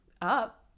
up